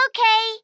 Okay